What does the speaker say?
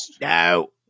No